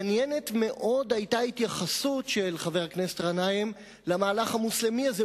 מעניינת מאוד היתה ההתייחסות של חבר הכנסת גנאים למהלך המוסלמי הזה,